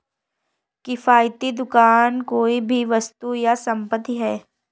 किफ़ायती दुकान कोई भी वस्तु या संपत्ति है